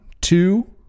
two